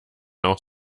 auch